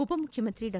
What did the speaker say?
ಉಪಮುಖ್ಯಮಂತ್ರಿ ಡಾ